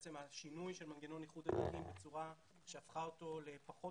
בעצם השינוי של מנגנון איחוד התיקים בצורה שהפכה אותו פחות